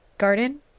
garden